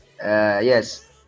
yes